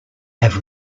have